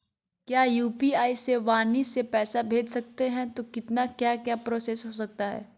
क्या यू.पी.आई से वाणी से पैसा भेज सकते हैं तो कितना क्या क्या प्रोसेस हो सकता है?